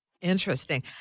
interesting